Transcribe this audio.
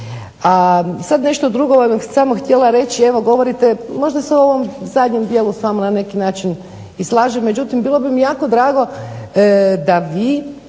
A sad nešto drugo, samo htjela reći, evo govorite, možda se u ovom zadnjem dijelu s vama na neki način i slažem, međutim bilo bi mi jako drago da vi